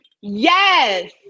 Yes